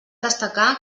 destacar